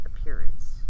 appearance